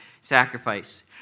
sacrifice